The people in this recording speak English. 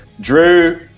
Drew